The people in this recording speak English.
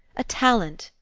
a talent,